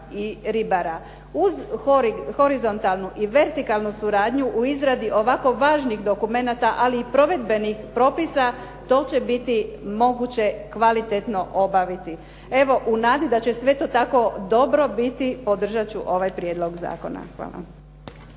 Uz horizontalnu i vertikalnu suradnju u izradi ovako važnih dokumenata, ali i provedbenih propisa to će biti moguće kvalitetno obaviti. Evo u nadi da će sve to tako dobro biti podržat ću ovaj prijedlog zakona. Hvala.